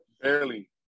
barely